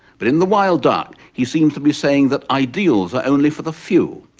but in the wild duck, he seems to be saying that ideals are only for the few,